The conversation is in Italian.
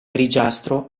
grigiastro